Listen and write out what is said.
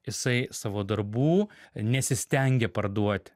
jisai savo darbų nesistengė parduoti